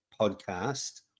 podcast